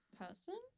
person